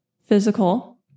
physical